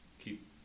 keep